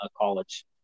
college